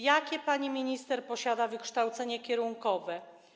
Jakie pani minister posiada wykształcenie kierunkowe?